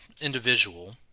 individual